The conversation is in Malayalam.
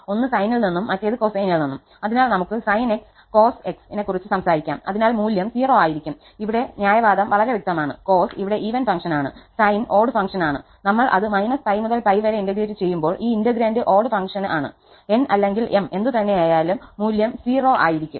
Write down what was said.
ഒന്ന് സൈനിൽ നിന്നും മറ്റേത് കോ സൈനിൽ നിന്നും അതിനാൽ നമുക്ക് sin 𝑥 cos 𝑥 നെ കുറിച്ച് സംസാരിക്കാം അതിനാൽ മൂല്യം 0 ആയിരിക്കും ഇവിടെ ന്യായവാദം വളരെ വ്യക്തമാണ് cos ഇവിടെ ഈവൻ ഫങ്ക്ഷനാണ് sin ഓഡ്ഡ് ഫങ്ക്ഷനാണ് നമ്മൾ അത് π മുതൽ π വരെ ഇന്റഗ്രേറ്റ് ചെയ്യുമ്പോൾ ഈ integrand odd function odd function ആണ് 𝑛 അല്ലെങ്കിൽ 𝑚 എന്തുതന്നെയായാലുംമൂല്യം 0 ആയിരിക്കും